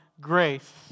grace